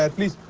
ah please.